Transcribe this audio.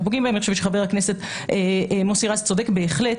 פוגעים בהן ואני חושבת שחבר הכנסת מוסי רז צודק בהחלט.